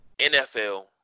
NFL